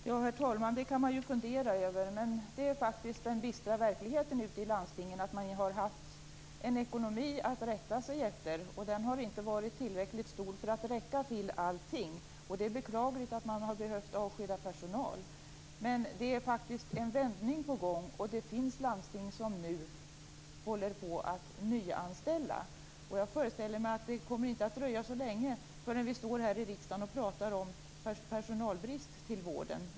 Herr talman! Det kan man ju fundera över. Men den bistra verkligheten i landstingen är faktiskt att man har haft en ekonomi att rätta sig efter, och den har inte varit tillräckligt god för att räcka till allting. Det är beklagligt att man har behövt avskeda personal, men det är faktiskt en vändning på gång, och det finns landsting som nu håller på att nyanställa. Jag föreställer mig att det inte kommer att dröja så länge förrän vi står här i riksdagen och pratar om personalbrist inom vården.